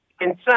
inside